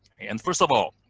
and first of all,